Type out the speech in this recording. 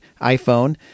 iPhone